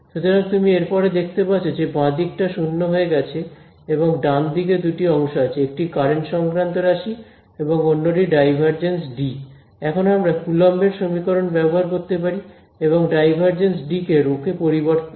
সুতরাং তুমি এরপরে দেখতে পাচ্ছ যে বাঁ দিকটা শূন্য হয়ে গেছে এবং ডান দিকে দুটি অংশ আছে একটি কারেন্ট সংক্রান্ত রাশি এবং অন্যটি ∇D এখন আমরা কুলম্বের সমীকরণ ব্যবহার করতে পারি এবং ∇D কে ρ তে পরিবর্তন করে লিখতে পারি